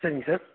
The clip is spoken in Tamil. சரிங்க சார்